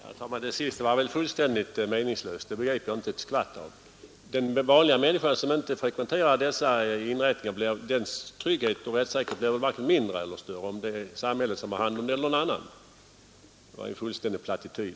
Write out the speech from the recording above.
Herr talman! Det sista var väl fu tändigt meningslöst. Det begrep jag inte ett skvatt av. Den vanliga människan, som inte frekventerar dessa inrättningar, får säkert varken mindre eller större trygghet vare sig samhället eller någon annan har hand om bordellerna. Det var en fullständig plattityd.